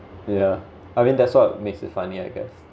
yeah I mean that's what makes it funny I guess